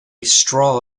straw